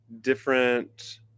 different